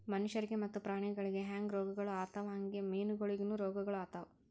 ಮನುಷ್ಯರಿಗ್ ಮತ್ತ ಪ್ರಾಣಿಗೊಳಿಗ್ ಹ್ಯಾಂಗ್ ರೋಗಗೊಳ್ ಆತವ್ ಹಂಗೆ ಮೀನುಗೊಳಿಗನು ರೋಗಗೊಳ್ ಆತವ್